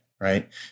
Right